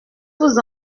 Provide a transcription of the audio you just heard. vous